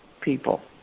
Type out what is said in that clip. people